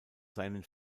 seinen